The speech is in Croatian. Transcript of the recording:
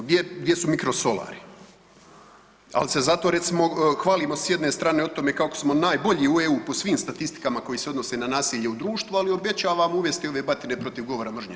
Gdje su mikro solari, ali se zato recimo hvalimo sa jedne strane kako smo najbolji u EU po svim statistikama koje se odnose na nasilje u društvu, ali obe ajemo uvesti ove batine protiv govora mržnje.